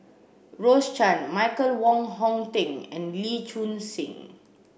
Rose Chan Michael Wong Hong Teng and Lee Choon Seng